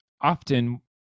often